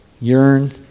yearn